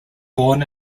born